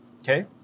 okay